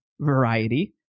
variety